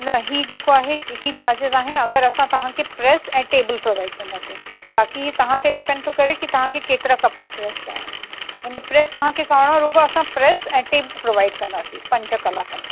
न हीउ जेको आहे ई चार्ज़िस आहिनि अगरि असां तव्हां खे प्रेस ऐं टेबिल प्रोवाइड कंदासीं बाकी तव्हां ते डिपेंड थो करे कि तव्हां खे केतिरा कपिड़ा प्रेस कराइणा आहिनि यानि प्रेस तव्हां के करिणो असां रुॻो प्रेस टेबिल प्रोवाइड कंदासीं पंज कलाकनि लाइ